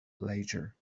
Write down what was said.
lager